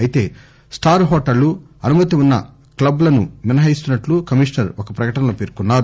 అయితే స్లార్ హోటళ్లు అనుమతి ఉన్న క్లబ్ లను మినహాయిస్తున్నట్లు కమిషనర్ ఒక ప్రకటనలో పేర్కొన్నారు